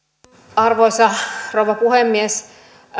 arvoisa rouva puhemies